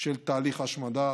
של תהליך ההשמדה